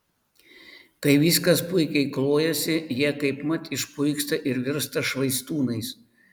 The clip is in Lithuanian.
kai viskas puikiai klojasi jie kaipmat išpuiksta ir virsta švaistūnais